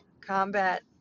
combat